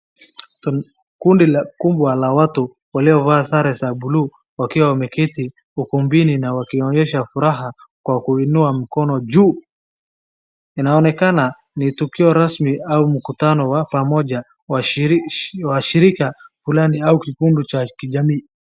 Kundi kubwa la watu waliovaa sare za blue wakiwa wameketi ukumbini na wakionyesha furaha kwa kuinua mkono juu. Inaonekana ni tukio rasmi au mkutano wa pamoja wa shirika fulani au kitendo cha jamii.